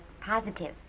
Positive